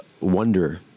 wonder